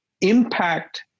impact